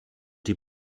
die